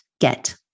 get